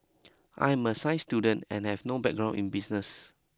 I'm a science student and have no background in business